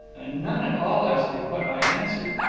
and none at all as to what i answered.